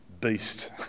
beast